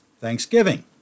thanksgiving